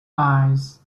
eyes